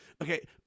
Okay